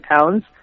pounds